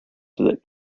that